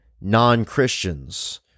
non-Christians